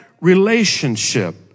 relationship